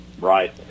Right